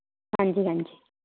ਹਾਂਜੀ ਹਾਂਜੀ